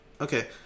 Okay